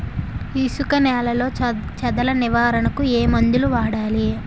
ఇసుక నేలలో చదల నివారణకు ఏ మందు వాడాలి?